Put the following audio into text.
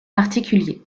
particuliers